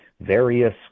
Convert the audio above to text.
various